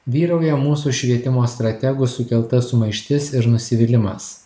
vyrauja mūsų švietimo strategų sukelta sumaištis ir nusivylimas